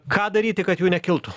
ką daryti kad jų nekiltų